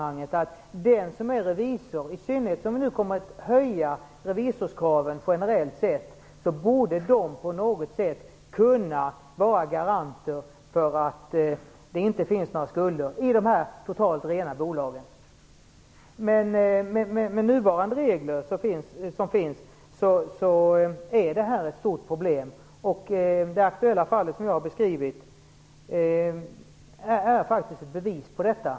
Jag menar att den som är revisor, i synnerhet efter det att revisorskraven nu generellt kommer att höjas, på något sätt borde kunna stå som garant för att det inte finns några skulder i totalt rena bolag. Med nuvarande regler är detta dock ett stort problem, och det av mig beskrivna aktuella fallet är faktiskt ett bevis på detta.